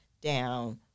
down